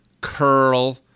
curl